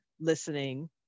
listening